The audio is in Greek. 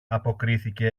αποκρίθηκε